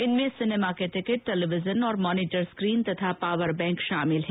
इनमें सिर्नमा के ticket television और मॉनिटर स्क्रीन तथा पावर बैंक शामिल हैं